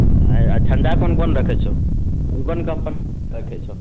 आ ठण्डा कोन कोन रखै छहो कोन कोन कम्पनीके रखै छौ